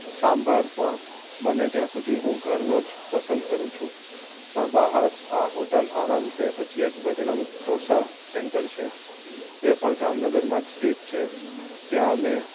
સાંભાર પણ બને ત્યાં સુધી હું ઘરનો જ પસંદ કરું છું પણ બહાર આ હોટલ આરામ છે પછી એક બજરંગ ઢોંસા સેન્ટર છે એ પણ જામનગરમાં જ સ્થિત છે ત્યાં અમે